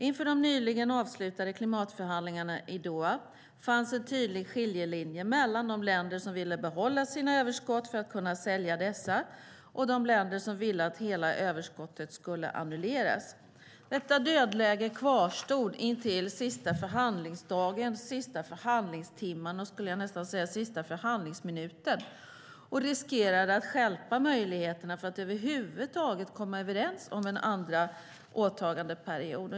Inför de nyligen avslutade klimatförhandlingarna i Doha fanns en tydlig skiljelinje mellan de länder som ville behålla sina överskott för att kunna sälja dessa och de länder som ville att hela överskottet skulle annulleras. Detta dödläge kvarstod intill sista förhandlingsdagen, sista förhandlingstimmen och nästan sista förhandlingsminuten och riskerade att stjälpa möjligheterna för att över huvud taget komma överens om en andra åtagandeperiod.